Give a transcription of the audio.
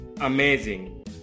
amazing